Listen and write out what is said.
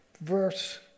verse